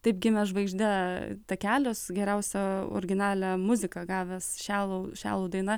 taip gimė žvaigžde takeliuos geriausią originalią muziką gavęs šialou šialou daina